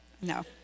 No